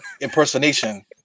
impersonation